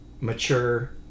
mature